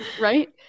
right